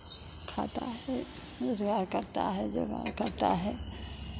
खाता है रोज़गार करता है जुगाड़ करता है